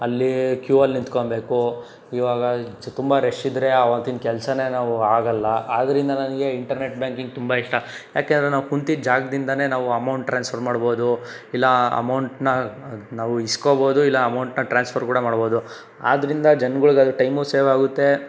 ಅಲ್ಲಿ ಕ್ಯೂ ಅಲ್ಲಿ ನಿಂತ್ಕೋಬೇಕು ಇವಾಗ ತುಂಬ ರಷ್ ಇದ್ದರೆ ಆವತ್ತಿನ ಕೆಲಸನೇ ನಾವು ಆಗೋಲ್ಲ ಆದ್ದರಿಂದ ನನಗೆ ಇಂಟರ್ನೆಟ್ ಬ್ಯಾಂಕಿಂಗ್ ತುಂಬ ಇಷ್ಟ ಯಾಕೆ ಅಂದರೆ ನಾವು ಕುಂತಿದ್ದ ಜಾಗದಿಂದಾನೆ ನಾವು ಅಮೌಂಟ್ ಟ್ರಾನ್ಸ್ಫರ್ ಮಾಡ್ಬೌದು ಇಲ್ಲ ಅಮೌಂಟನ್ನ ನಾವು ಇಸ್ಕೊಬೋದು ಇಲ್ಲ ಅಮೌಂಟನ್ನ ಟ್ರಾನ್ಸ್ಫರ್ ಕೂಡ ಮಾಡ್ಬೌದು ಆದ್ದರಿಂದ ಜನ್ಗಳ್ಗಾಗ ಟೈಮೂ ಸೇವ್ ಆಗುತ್ತೆ